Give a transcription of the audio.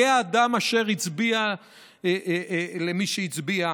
יהא האדם אשר יהא, הצביע למי שהצביע,